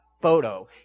photo